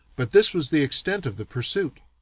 but this was the extent of the pursuit.